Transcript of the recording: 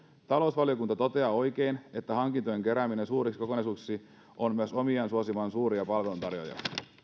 talousvaliokunta toteaa oikein että hankintojen kerääminen suuriksi kokonaisuuksiksi on myös omiaan suosimaan suuria palveluntarjoajia